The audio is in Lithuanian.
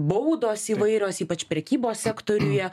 baudos įvairios ypač prekybos sektoriuje